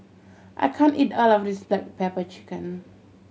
I can't eat all of this black pepper chicken